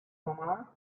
omar